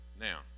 Now